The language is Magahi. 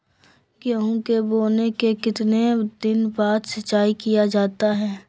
गेंहू के बोने के कितने दिन बाद सिंचाई किया जाता है?